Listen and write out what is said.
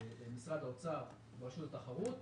ממשרד האוצר ומרשות התחרות,